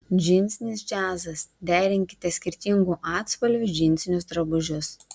džinsinis džiazas derinkite skirtingų atspalvių džinsinius drabužius